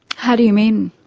how do you mean?